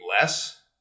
less